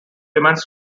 demands